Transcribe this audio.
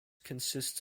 consists